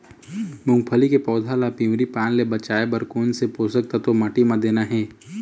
मुंगफली के पौधा ला पिवरी पान ले बचाए बर कोन से पोषक तत्व माटी म देना हे?